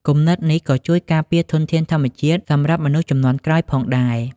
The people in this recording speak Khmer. គំនិតនេះក៏ជួយការពារធនធានធម្មជាតិសម្រាប់មនុស្សជំនាន់ក្រោយផងដែរ។